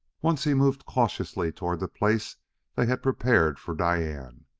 once he moved cautiously toward the place they had prepared for diane.